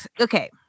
Okay